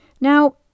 Now